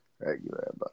regular